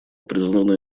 призвана